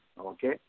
okay